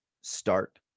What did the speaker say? start